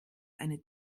eine